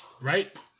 right